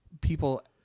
people